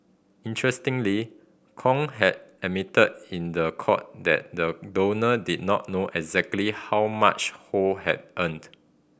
interestingly Kong had admitted in the court that the donor did not know exactly how much Ho had earned